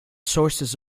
sources